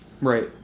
right